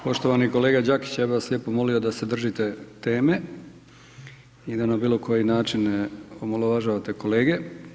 Poštovani kolega Đakić ja bih vas lijepo molio da se držite teme i da na bilo koji način ne omalovažavate kolege.